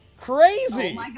Crazy